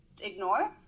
ignore